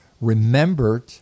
Remembered